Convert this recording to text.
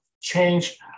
change